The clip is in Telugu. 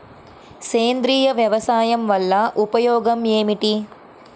సేంద్రీయ వ్యవసాయం వల్ల ఉపయోగం ఏమిటి?